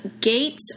gates